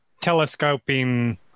telescoping